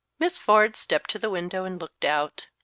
miss ford stepped to the window and looked out.